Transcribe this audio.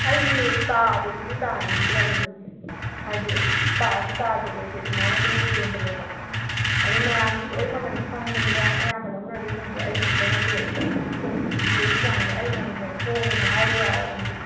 ꯑꯩꯁꯦ ꯇꯥꯕꯗꯨꯗꯤ ꯇꯥꯍꯟꯅꯤꯡꯗ꯭ꯔꯕꯅꯤꯅꯦ ꯍꯥꯏꯗꯤ ꯇꯥꯁꯨ ꯇꯥꯗꯦꯕ ꯑꯩꯗꯤ ꯑꯗꯨꯃꯥꯏꯅ ꯑꯗꯨꯝ ꯌꯣꯟꯕꯅꯦꯕ ꯑꯗꯩ ꯃꯌꯥꯝꯁꯨ ꯂꯣꯏꯅ ꯃꯃꯜ ꯈꯪꯕꯅꯤꯗ ꯑꯌꯥꯝꯕ ꯂꯧꯅꯔꯤꯁꯤꯡꯁꯦ ꯑꯩ ꯈꯛꯇ ꯅꯠꯇꯦꯕ ꯌꯣꯜꯂꯤ ꯆꯥꯡꯁꯦ ꯑꯩꯅꯕꯨ ꯍꯦꯟꯅ ꯍꯣꯡꯉꯦꯕꯨ ꯍꯥꯏꯕ ꯌꯥꯔꯕꯅꯤ